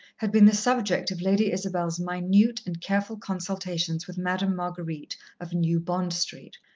had been the subject of lady isabel's minute and careful consultations with madame marguerite of new bond street.